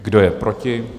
Kdo je proti?